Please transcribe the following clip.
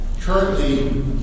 currently